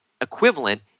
equivalent